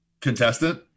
contestant